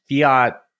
fiat